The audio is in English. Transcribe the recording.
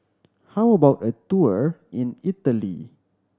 how about a tour in Italy